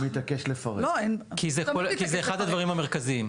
כי זה אחד הדברים המרכזיים.